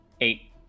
Eight